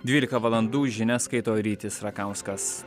dvylika valandų žinias skaito rytis rakauskas